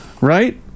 Right